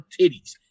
titties